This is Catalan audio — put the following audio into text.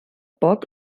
poc